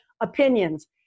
opinions